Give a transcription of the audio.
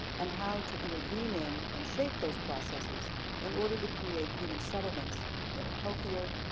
and how to intervene in and shape those processes in order to create human settlements that are healthier,